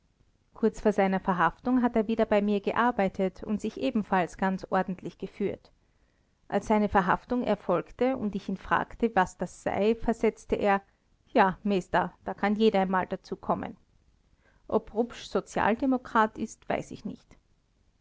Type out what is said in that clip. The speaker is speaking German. kurz vor seiner verhaftung hat er wieder bei mir gearbeitet und sich ebenfalls ganz ordentlich geführt als seine verhaftung erfolgte folgte und ich ihn fragte was das sei versetzte er ja meester da kann jeder einmal dazu kommen ob rupsch sozialdemokrat ist weiß ich nicht